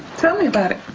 tell me about it.